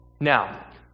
Now